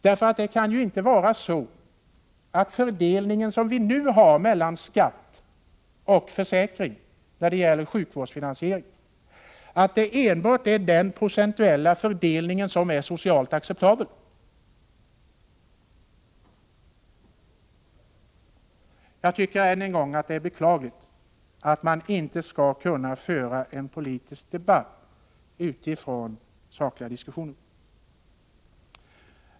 Det kan ju inte vara så när det gäller sjukvårdsfinansieringen att det enbart är den procentuella fördelning som vi nu har mellan skatt och försäkring som är socialt acceptabel. Jag tycker — och det säger jag än en gång — att det är beklagligt att man inte skall kunna föra en politisk debatt utifrån sakliga diskussioner.